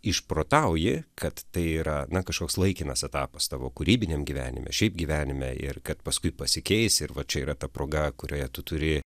išprototauji kad tai yra na kažkoks laikinas etapas tavo kūrybiniam gyvenime šiaip gyvenime ir kad paskui pasikeis ir va čia yra ta proga kurioje tu turi